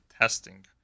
testing